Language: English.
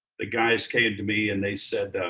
the guys came to me and they said,